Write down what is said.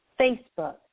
Facebook